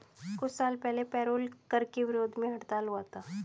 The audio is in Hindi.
कुछ साल पहले पेरोल कर के विरोध में हड़ताल हुआ था